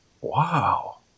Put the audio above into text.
wow